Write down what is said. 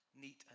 Neat